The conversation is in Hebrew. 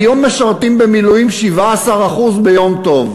היום משרתים במילואים 17%, ביום טוב.